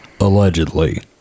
allegedly